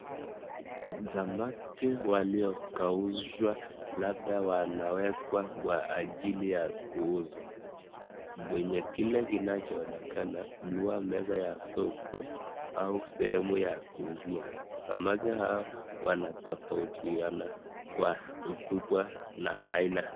Samaki waliokaushwa labda wanawekwa kwa ajili ya kuuzwa, kwenye kile kinachoonekana kuwa meza ya soko au sehemu ya kuuzia. Samaki hao wanatofautiana kwa ukubwa na aina.